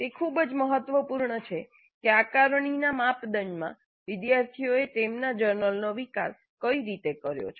તે ખૂબ જ મહત્વપૂર્ણ છે કે આકારણીના માપદંડ માં વિદ્યાર્થીઓએ તેમના જર્નલનો વિકાસ કઈ રીતે કર્યો છે